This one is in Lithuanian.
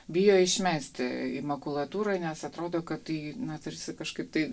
bijo išmesti į makulatūrą nes atrodo kad tai na tarsi kažkaip tai